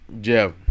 Jeff